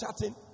chatting